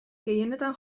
gehienetan